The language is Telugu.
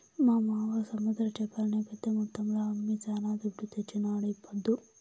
మా మావ సముద్ర చేపల్ని పెద్ద మొత్తంలో అమ్మి శానా దుడ్డు తెచ్చినాడీపొద్దు